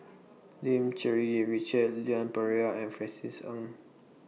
Lim Cherng Yih Richard Leon Perera and Francis Ng